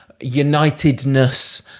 unitedness